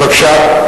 בבקשה.